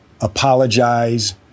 apologize